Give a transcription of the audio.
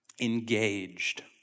engaged